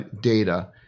data